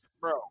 bro